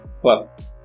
Plus